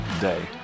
day